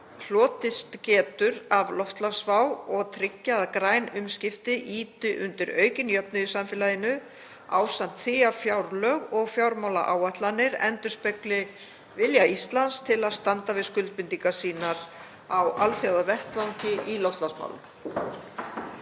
hlotist getur af loftslagsvá og tryggja að græn umskipti ýti undir aukinn jöfnuð í samfélaginu ásamt því að fjárlög og fjármálaáætlanir endurspegli vilja Íslands til að standa við skuldbindingar sínar á alþjóðavettvangi í loftslagsmálum“